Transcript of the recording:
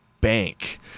bank